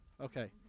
Okay